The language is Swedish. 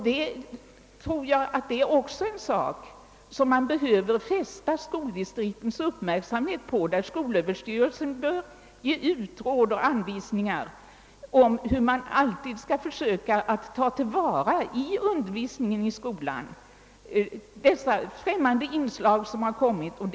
Det tror jag också är en sak som man behöver fästa kommunernas uppmärksamhet på. Skolöverstyrelsen bör vidare ge ut råd och anvisningar om hur man alltid skall försöka att i undervisningen i skolan ta till vara dessa främmande inslag som har kommit hit.